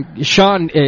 Sean